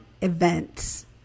events